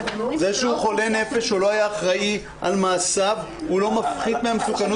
זה שהוא חולה נפש ולא היה אחראי על מעשיו לא מפחית מהמסוכנות.